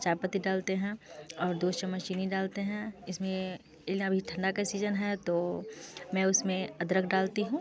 चाय पत्ती डालते हैं और दो चम्मच चीनी डालते हैं इस में ठंडा का सीजन है तो मैं उस में अदरक डालती हूँ